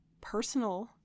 personal